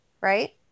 Right